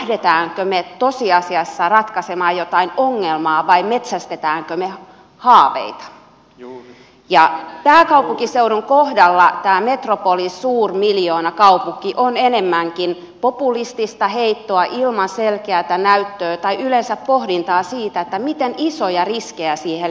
ketään tänne tosiasiassa ratkaisemaan jotain ongelmaa vai metsästetäänkö ne hanai juu ja pääkaupunkiseudun kohdalla päämetropolisuurmiljoonakaupunki on enemmänkin populistista heittoa ilman selkeätä näyttöä tai yleensä pohdintaa siitä että mitään kisoja iskeä siihen